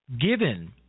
Given